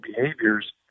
behaviors